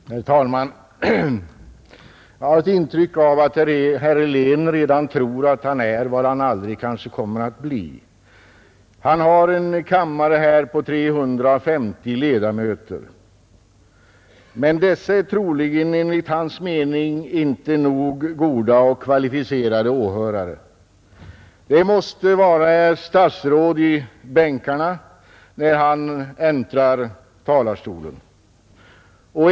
Herr talman! Jag har ett intryck av att herr Helén redan tror att han är vad han kanske aldrig kommer att bli. Han har här en kammare med 350 ledamöter, men vi är tydligen enligt herr Heléns mening inte tillräckligt goda och kvalificerade åhörare. Det måste finnas ett statsråd i bänkarna när herr Helén äntrar talarstolen.